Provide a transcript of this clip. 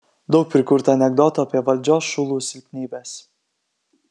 daug prikurta anekdotų apie valdžios šulų silpnybes